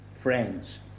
friends